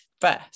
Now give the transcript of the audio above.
first